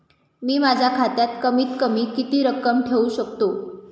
मी माझ्या खात्यात कमीत कमी किती रक्कम ठेऊ शकतो?